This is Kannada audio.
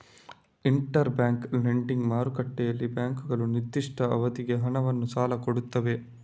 ಇಂಟರ್ ಬ್ಯಾಂಕ್ ಲೆಂಡಿಂಗ್ ಮಾರುಕಟ್ಟೆಯಲ್ಲಿ ಬ್ಯಾಂಕುಗಳು ನಿರ್ದಿಷ್ಟ ಅವಧಿಗೆ ಹಣವನ್ನ ಸಾಲ ಕೊಡ್ತವೆ